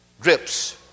drips